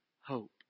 hope